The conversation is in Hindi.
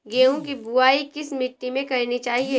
गेहूँ की बुवाई किस मिट्टी में करनी चाहिए?